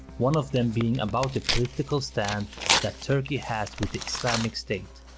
one of them being about the political stand that turkey has with the islamic state.